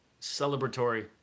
celebratory